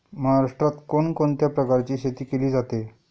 महाराष्ट्रात कोण कोणत्या प्रकारची शेती केली जाते?